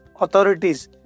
authorities